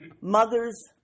mothers